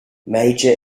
major